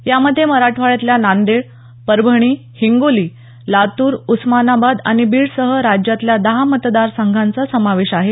यामध्ये मराठवाड्यातल्या नांदेड परभणी हिंगोली लातूर उस्मानाबाद आणि बीडसह राज्यातल्या दहा मतदारसंघांचा समावेश आहे